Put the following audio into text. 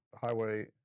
highway